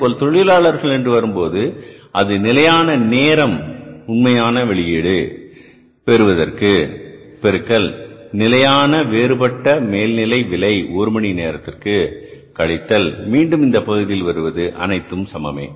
அதேபோல் தொழிலாளர் என்று வரும்போது அது நிலையான நேரம் உண்மையான வெளியீடு பெறுவதற்கு பெருக்கல் நிலையான வேறுபட்ட மேல்நிலை விலை ஒரு மணி நேரத்திற்கு கழித்தல் மீண்டும் இந்த பகுதியில் வருவது அனைத்தும் சமம்